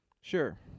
Sure